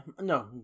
no